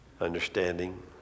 understanding